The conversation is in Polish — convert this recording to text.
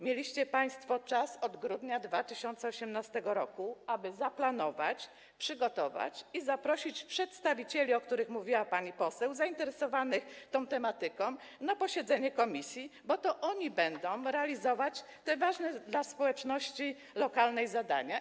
Mieliście państwo czas od grudnia 2018 r., aby to zaplanować, przygotować i zaprosić przedstawicieli, o których mówiła pani poseł, zainteresowanych tą tematyką na posiedzenie komisji, bo to oni będą realizować te ważne dla społeczności lokalnej zadania.